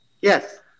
Yes